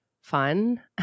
fun